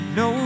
no